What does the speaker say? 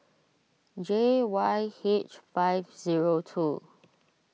J Y H five zero two